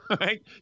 right